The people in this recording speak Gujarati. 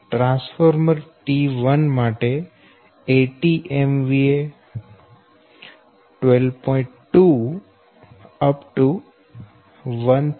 10 pu T1 80 MVA 12